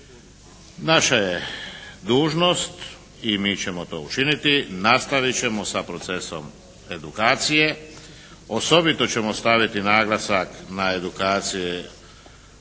Naša je dužnost i mi ćemo to učiniti, nastaviti ćemo sa procesom edukacije. Osobito ćemo staviti naglasak na edukacije zaposlenika